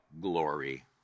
glory